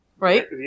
Right